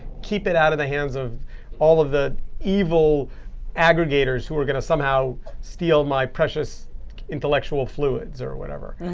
keep it out of the hands of all of the evil aggregators who were going to somehow steal my precious intellectual fluids, or whatever.